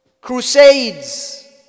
crusades